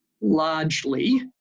largely